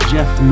Jeff